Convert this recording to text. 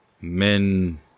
Men